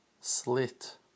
Slit